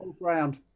round